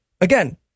again